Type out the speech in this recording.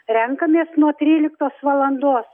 renkamės nuo tryliktos valandos